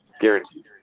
Guarantee